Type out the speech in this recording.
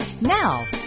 Now